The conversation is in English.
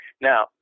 Now